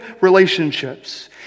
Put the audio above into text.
relationships